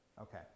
Okay